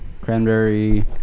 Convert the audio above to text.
Cranberry